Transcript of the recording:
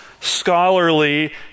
scholarly